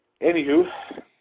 Anywho